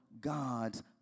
God's